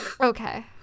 Okay